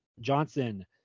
johnson